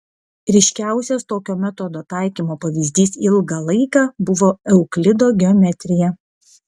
ryškiausias tokio metodo taikymo pavyzdys ilgą laiką buvo euklido geometrija